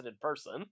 person